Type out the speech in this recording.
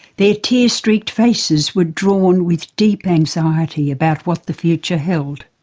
their tear-streaked faces were drawn with deep anxiety about what the future held